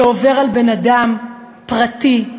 שעובר על בן-אדם פרטי,